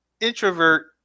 introvert